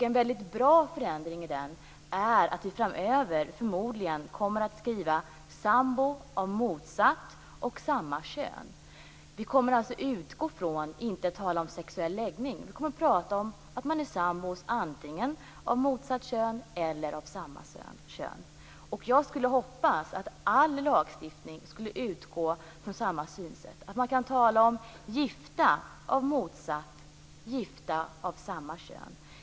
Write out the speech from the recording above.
En väldigt bra förändring är att vi i den framöver förmodligen kommer att skriva om sambor av motsatt och samma kön. Vi kommer inte att utgå ifrån eller tala om sexuell läggning. Vi kommer att prata om sambor antingen av motsatt eller samma kön. Jag hoppas att all lagstiftning skall kunna utgå från samma synsätt och att man kan tala om gifta av motsatta eller samma kön.